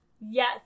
Yes